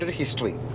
history